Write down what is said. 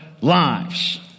lives